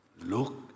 look